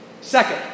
Second